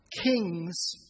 king's